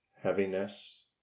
heaviness